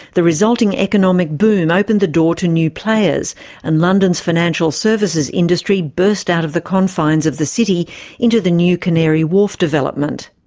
the resulting economic boom opened the door to new players and london's financial services industry burst out of the confines of the city into the new canary wharf development.